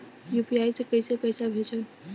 UPI से कईसे पैसा भेजब?